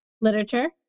literature